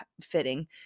fitting